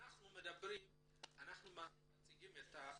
כשאנחנו מדברים אנחנו מציגים את הבעיות.